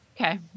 Okay